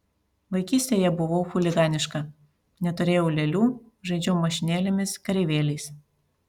vaikystėje buvau chuliganiška neturėjau lėlių žaidžiau mašinėlėmis kareivėliais